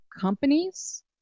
companies